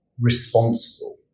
responsible